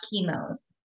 chemo's